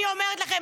אני אומרת לכם,